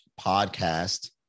podcast